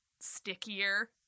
stickier